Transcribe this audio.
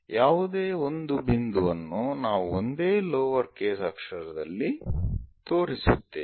ಯಾವುದೇ ಒಂದು ಬಿಂದುವನ್ನು ನಾವು ಒಂದೇ ಲೋವರ್ ಕೇಸ್ ಅಕ್ಷರದಲ್ಲಿ ತೋರಿಸುತ್ತೇವೆ